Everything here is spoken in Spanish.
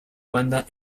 banda